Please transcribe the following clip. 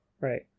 Right